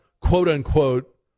quote-unquote